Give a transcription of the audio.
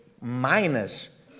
minus